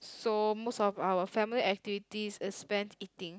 so most of our family activity is spent eating